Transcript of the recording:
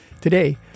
Today